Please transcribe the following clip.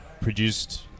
produced